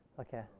Okay